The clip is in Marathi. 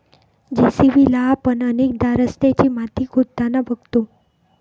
जे.सी.बी ला आपण अनेकदा रस्त्याची माती खोदताना बघतो